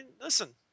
listen